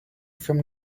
from